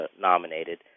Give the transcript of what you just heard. nominated